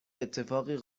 اتفاقی